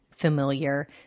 Familiar